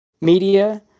media